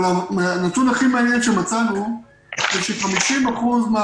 אבל הנתון הכי מעניין שמצאנו הוא ש-50% מן